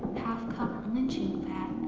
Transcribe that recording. cup lynching